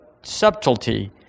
subtlety